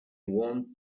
won